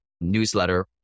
newsletter